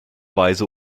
weise